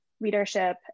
leadership